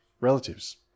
relatives